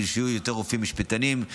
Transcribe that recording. ושיהיו יותר רופאים משפטנים.